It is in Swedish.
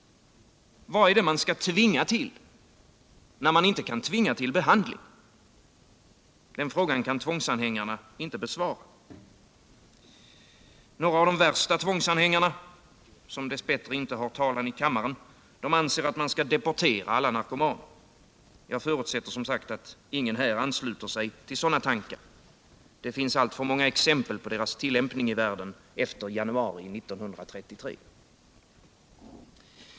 Vad är det man skall tvinga till, när man inte kan tvinga till behandling? Den frågan kan tvångsanhängarna inte besvara. Några av de värsta tvångsanhängarna, som dess bättre inte har talan i kammaren, anser att man skall deportera alla narkomaner. Jag förutsätter att ingen i den här kammaren ansluter sig till sådana tankar. Det finns alltför många exempel på deras tillämpning i världen efter januari 1933.